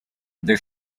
they